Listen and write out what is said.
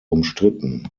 umstritten